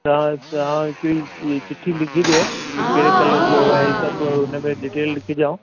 त तव्हां हिकिड़ी चिठी लिखी ॾियो कहिड़े कलर जो आहे सभु हुन में डिटेल लिखी ॾियो